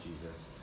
Jesus